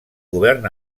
govern